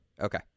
Okay